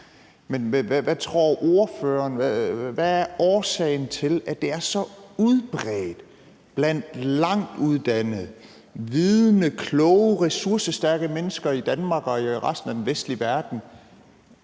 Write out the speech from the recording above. Hvad tror ordføreren er årsagen til, at det er så udbredt blandt højtuddannede, vidende, kloge, ressourcestærke mennesker i Danmark og i resten af den vestlige verden,